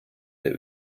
der